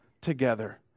together